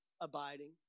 Abiding